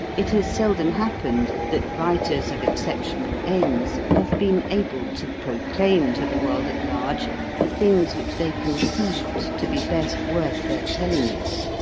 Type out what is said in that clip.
it has seldom happened that writers of exceptional aims have been able to proclaim to the world at large the things which they conceived to be best worth their telling it.